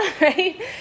Right